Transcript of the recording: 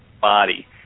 body